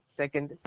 second